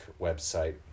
website